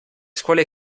scuole